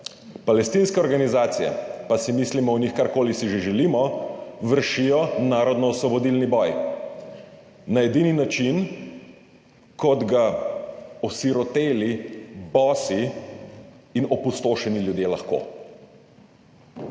Palestinske organizacije, pa si mislimo o njih, karkoli si že želimo, vršijo narodnoosvobodilni boj na edini način, kot ga osiroteli, bosi in opustošeni ljudje lahko.